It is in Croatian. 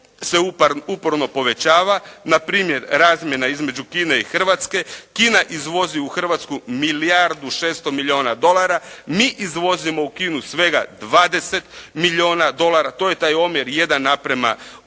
se uporno povećava. Npr., razmjena između Kine i Hrvatske. Kina izvozi u Hrvatsku milijardu 600 milijuna dolara, mi izvozimo u Kinu svega 20 milijuna dolara. To je taj omjer 1:80. I ja vas uvjeravam